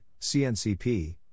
CNCP